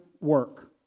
work